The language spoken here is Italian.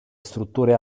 strutture